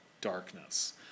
darkness